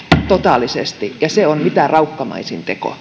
totaalisesti ja se on mitä raukkamaisin teko